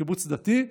קיבוץ דתי,